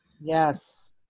Yes